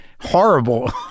horrible